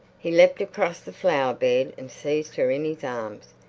he leapt across the flower-bed and seized her in his arms.